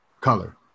color